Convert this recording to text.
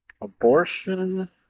Abortion